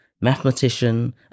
mathematician